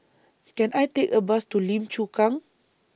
Can I Take A Bus to Lim Chu Kang